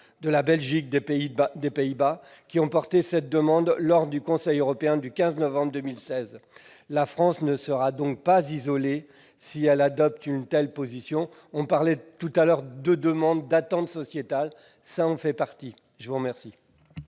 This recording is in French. de la Belgique, des Pays-Bas, qui ont porté cette demande lors du Conseil européen du 15 novembre 2016. La France ne sera donc pas isolée si elle adopte une telle position. On parlait précédemment des demandes et des attentes sociétales : cela en fait partie. L'amendement